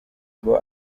ngo